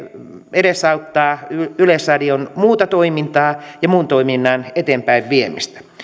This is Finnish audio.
edesauttaa yleisradion muuta toimintaa ja muun toiminnan eteenpäin viemistä